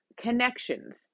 connections